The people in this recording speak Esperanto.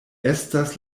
estas